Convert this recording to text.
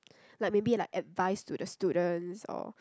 like maybe like advice to the students or